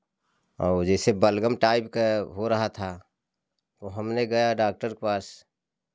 औ जैसे बलगम टाइप के हो रहा था तो हमने गया डाक्टर के पास